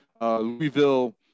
Louisville